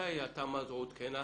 מתי התמ"א הזו עודכנה?